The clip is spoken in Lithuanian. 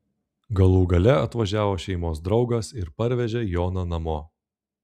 galų gale atvažiavo šeimos draugas ir parvežė joną namo